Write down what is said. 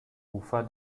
ufer